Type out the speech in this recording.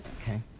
Okay